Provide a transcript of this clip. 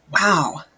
Wow